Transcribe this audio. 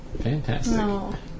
Fantastic